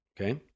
Okay